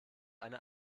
eine